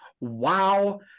Wow